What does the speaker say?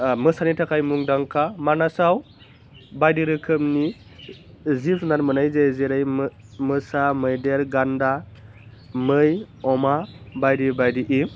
मोसानि थाखाय मुंदांखा मानासआव बायदि रोखोमनि जिब जुनार मोन्नाय जायो जेरै मो मोसा मैदेर गान्दा मै अमा बायदि बायदि